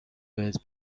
بهت